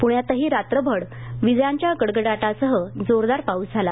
पूण्यातही रात्रभर विजांच्या गडगडाटासह जोरदार पाऊस झाला